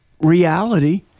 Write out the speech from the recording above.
reality